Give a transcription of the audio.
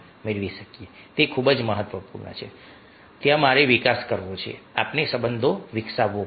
તે ખૂબ જ મહત્વપૂર્ણ છે ત્યાં મારે વિકાસ કરવો છે આપણે સંબંધ વિકસાવવો પડશે